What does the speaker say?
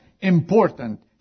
important